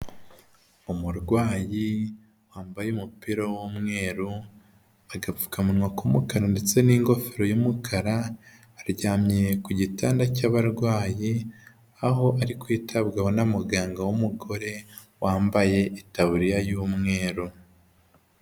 Umurwayi wambaye umupira w'umweru, agapfukamunwa k'umukara ndetse n'ingofero y'umukara. Aryamye ku gitanda cy'abarwayi, aho ari kwitabwaho na muganga w'umugore wambaye itaburiya y'umweru.